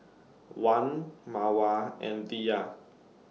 Wan Mawar and Dhia